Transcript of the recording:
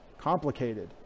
complicated